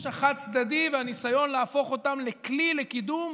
החד-צדדי והניסיון להפוך אותם לכלי לקידום